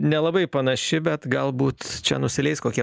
nelabai panaši bet galbūt čia nusileis kokie